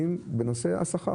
והבסיסי.